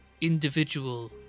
individual